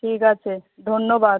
ঠিক আছে ধন্যবাদ